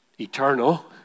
eternal